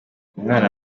umwana